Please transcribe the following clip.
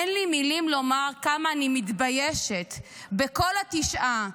אין לי מילים לומר כמה אני מתביישת בכל התשעה,